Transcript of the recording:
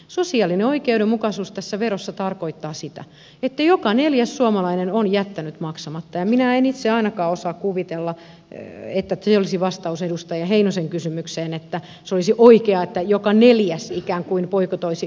sosiaalinen oikeudenmukaisuus tässä tarkoittaa sitä että joka neljäs suomalainen on jättänyt maksamatta ja minä en itse ainakaan osaa kuvitella että se olisi vastaus edustaja heinosen kysymykseen että se olisi oikein että joka neljäs ikään kuin boikotoisi ylen toimintaa